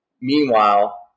Meanwhile